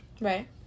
Right